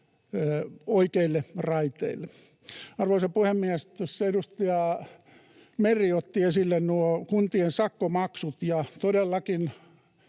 oikeille raiteille. Arvoisa puhemies! Tuossa edustaja Meri otti esille nuo kuntien sakkomaksut, ja todellakin